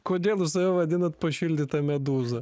kodėl jūs save vadinat pašildyta medūza